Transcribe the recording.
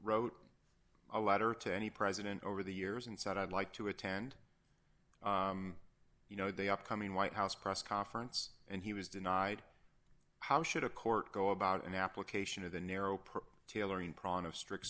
wrote a letter to any president over the years and said i'd like to attend you know the upcoming white house press conference and he was denied how should a court go about an application of the narrow per tailoring